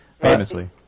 famously